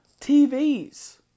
TVs